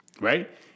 right